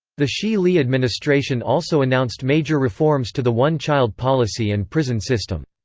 the xi-li administration also announced major reforms to the one-child policy and prison system.